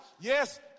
Yes